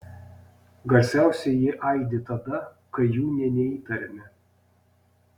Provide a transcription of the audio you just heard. garsiausiai jie aidi tada kai jų nė neįtariame